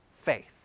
faith